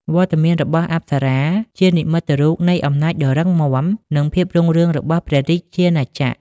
វត្តមានរបស់អប្សរាជានិមិត្តរូបនៃអំណាចដ៏រឹងមាំ និងភាពរុងរឿងរបស់ព្រះរាជាណាចក្រ។